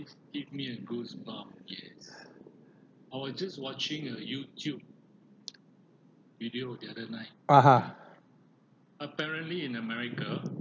(uh huh)